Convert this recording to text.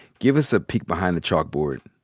give us a peek behind the chalkboard.